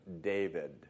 David